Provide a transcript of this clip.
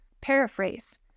Paraphrase